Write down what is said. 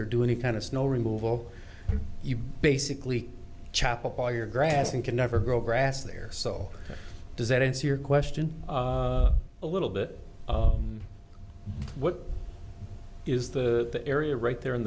or do any kind of snow removal you basically chapple all your grass and can never grow grass there so does that answer your question a little bit what is the area right there in